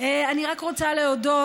אני רק רוצה להודות,